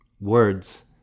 Words